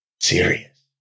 serious